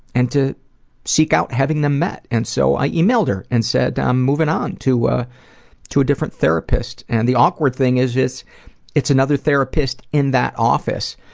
and to seek out having them met. and so i emailed her and said i'm moving on to ah to a different therapist. and the awkward thing is is it's another therapist in that office.